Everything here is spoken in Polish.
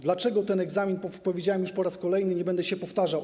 Dlaczego ten egzamin, powiedziałem, po raz kolejny nie będę powtarzał.